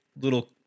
little